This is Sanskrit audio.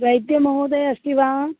वैद्यमहोदयः अस्ति वा